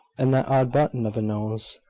and that odd button of a nose.